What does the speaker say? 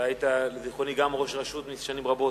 אתה היית ראש רשות שנים רבות,